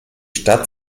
stadt